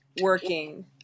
working